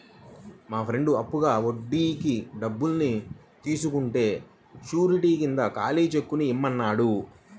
మా ఫ్రెండు అప్పుగా వడ్డీకి డబ్బుల్ని తీసుకుంటే శూరిటీ కింద ఖాళీ చెక్కుని ఇమ్మన్నాడు